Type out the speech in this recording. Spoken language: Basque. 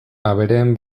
abereen